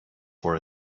for